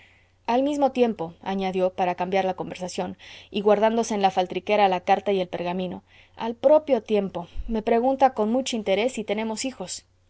al mismo tiempo añadió para cambiar la conversación y guardándose en la faltriquera la carta y el pergamino al propio tiempo me pregunta con mucho interés si tenemos hijos